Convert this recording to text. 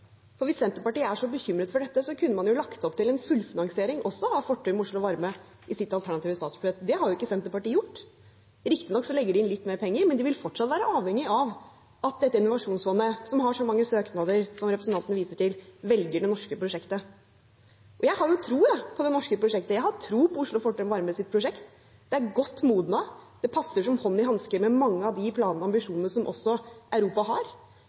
For hvis Senterpartiet er så bekymret for dette, kunne man jo lagt opp til en fullfinansiering også av Fortum Oslo Varme i sitt alternative statsbudsjett. Det har ikke Senterpartiet gjort. Riktignok legger de inn litt mer penger, men de vil fortsatt være avhengige av at dette innovasjonsfondet, som har så mange søknader, som representanten viser til, velger det norske prosjektet. Jeg har tro på det norske prosjektet. Jeg har tro på Oslo Fortum Varmes prosjekt. Det er godt modnet. Det passer som hånd i hanske med mange av de planene og ambisjonene som også Europa har.